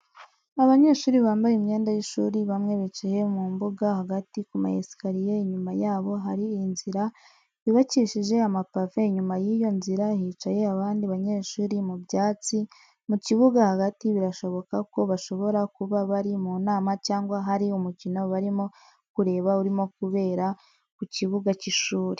Abanyeshuri bambaye imyenda y'ishuri bamwe bicaye mumbuga hagati kumayesikariye inyuma yabo hari inzira yubakishije amapave inyuma yiyo nzira hicaye abandi banyeshuri mu byatsi, mu kibuga hagati birashoboka ko bashobora kuba bari mu nama cyangwa hari umukino barimo kureba urimo kubera ku kibuga cy'ishuri.